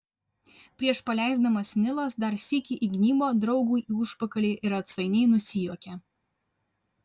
prieš paleisdamas nilas dar sykį įgnybo draugui į užpakalį ir atsainiai nusijuokė